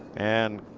and